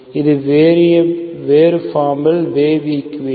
இது வேறு ஃபார்மில் வேவ் ஈக்குவேஷன்